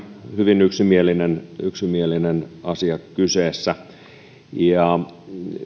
hyvin yksimielinen yksimielinen asia kyseessä